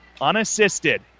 unassisted